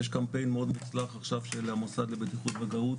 יש קמפיין מאוד מוצלח עכשיו של המוסד לבטיחות וגהות